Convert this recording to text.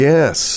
Yes